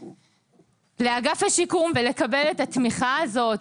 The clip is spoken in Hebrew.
לאגף השיקום ולקבל את התמיכה הזאת.